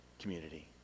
community